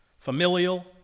familial